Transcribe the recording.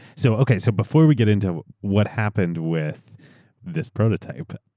so okay, so before we get into what happened with this prototype,